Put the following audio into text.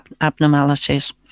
abnormalities